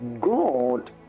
God